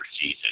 season